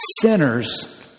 Sinners